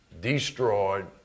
destroyed